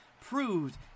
proved